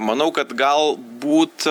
manau kad galbūt